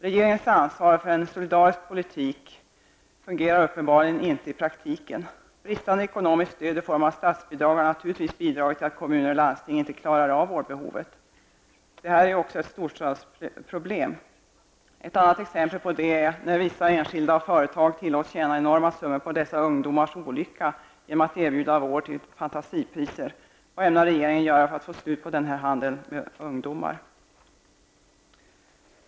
Regeringens ansvar för en solidarisk politik fungerar uppenbarligen inte i praktiken. Bristande ekonomiskt stöd i form av statsbidrag har naturligtvis bidragit till att kommuner och landsting inte klarar av vårdbehovet. Detta är också ett storstadsproblem. Ett annat exempel på detta är att vissa enskilda och företag tillåts tjäna enorma summor på dessa ungdomars olycka genom att erbjuda vård till fantasipriser. Vad ämnar regeringen göra för att få slut på denna handel med ungdomar?